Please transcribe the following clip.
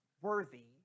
worthy